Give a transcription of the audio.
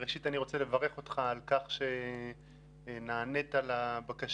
אני רוצה לברך אותך על כך שנענית לבקשה.